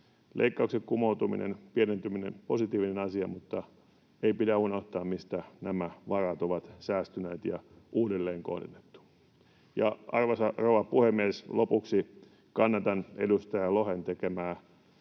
Leikkausten pienentyminen on positiivinen asia, mutta ei pidä unohtaa, mistä nämä varat ovat säästyneet ja uudelleen kohdennettu. Arvoisa rouva puhemies! Lopuksi kannatan edustaja Lohen tekemää